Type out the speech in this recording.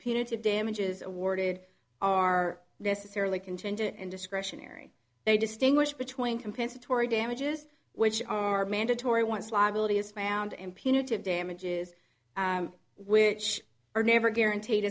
punitive damages awarded are necessarily contingent and discretionary they distinguish between compensatory damages which are mandatory once liability is found in punitive damages which are never guaranteed